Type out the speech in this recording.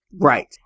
Right